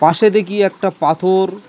পাশে দেখি একটা পাথর